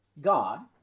God